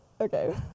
okay